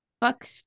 fuck